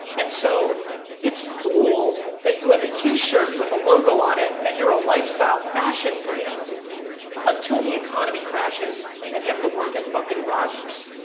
and so it's cool that you have a t-shirt with a logo on it and you're a lifestyle fashion brand until the economy crashes and you have to work at fucking rogers.